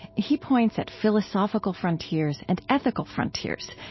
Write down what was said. he points at philosophical frontiers, and ethical frontiers,